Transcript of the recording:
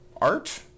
art